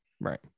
right